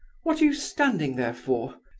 what are you standing there for?